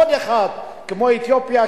כמו אתיופיה,